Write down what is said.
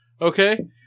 Okay